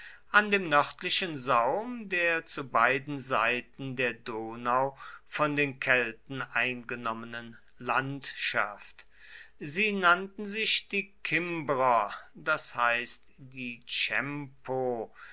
an dem nördlichen saum der zu beiden seiten der donau von den kelten eingenommenen landschaft sie nannten sich die kimbrer das heißt die chempho